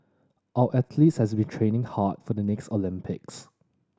our athletes have been training hard for the next Olympics